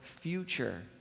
future